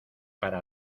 para